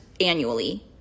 annually